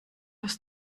aus